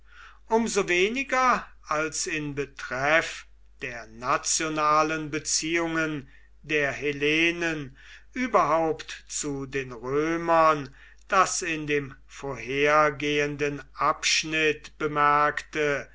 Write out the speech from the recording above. so weniger als in betreff der nationalen beziehungen der hellenen überhaupt zu den römern das in dem vorhergehenden abschnitt bemerkte